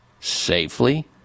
safely